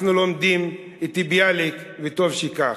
אנחנו לומדים את ביאליק, וטוב שכך,